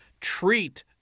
treat